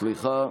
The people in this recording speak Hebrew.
סליחה,